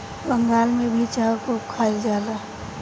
बंगाल मे भी चाउर खूब खाइल जाला